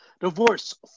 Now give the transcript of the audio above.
Divorce